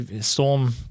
Storm